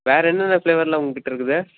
வேறு என்னென்ன ஃப்ளேவரெல்லாம் உங்கக்கிட்டே இருக்குது